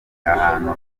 ahantu